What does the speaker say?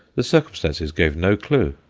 the circumstances gave no clue.